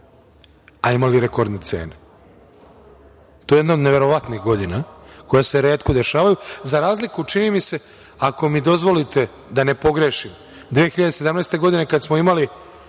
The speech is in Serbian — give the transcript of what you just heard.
a imali rekordne cene. To je jedna od neverovatnih godina koja se retko dešavaju za razliku, čini mi se, ako mi dozvolite, da ne pogrešim, 2017. godine kada smo imali